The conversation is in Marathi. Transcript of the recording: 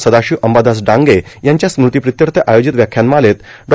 सदाशिव अंबादास डांगे यांच्या स्मृतीप्रित्यर्थ आयोजित व्याख्यानमालेत डॉ